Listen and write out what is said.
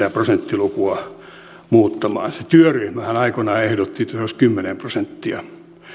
ja sitä prosenttilukua muuttamaan se työryhmähän aikoinaan ehdotti että se olisi kymmenen prosenttia